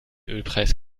ölpreis